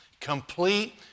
complete